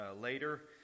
later